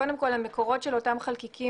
המקורות של אותם חלקיקים,